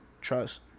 Trust